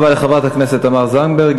תודה רבה לחברת הכנסת תמר זנדברג.